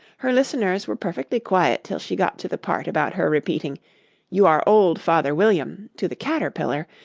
her listeners were perfectly quiet till she got to the part about her repeating you are old, father william to the caterpillar,